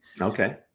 Okay